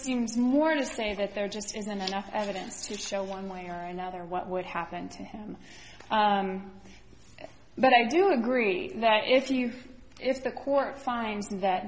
seems more to say that there just isn't enough evidence to show one way or another what would happen to him but i do agree that if you if the court finds that